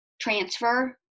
transfer